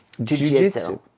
jiu-jitsu